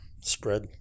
spread